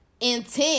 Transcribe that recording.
intent